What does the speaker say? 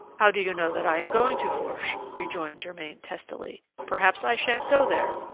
how do you know that i am going to fourche? rejoined germain testily. perhaps i shan't go there.